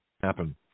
happen